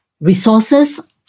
resources